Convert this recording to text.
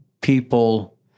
people